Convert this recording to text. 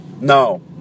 No